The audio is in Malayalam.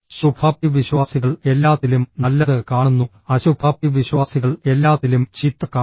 ശുഭാപ്തിവിശ്വാസികൾ എല്ലാത്തിലും നല്ലത് കാണുന്നു അശുഭാപ്തിവിശ്വാസികൾ എല്ലാത്തിലും ചീത്ത കാണുന്നു